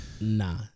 Nah